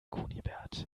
kunibert